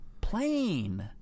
plain